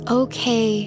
okay